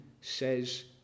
says